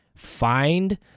find